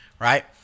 right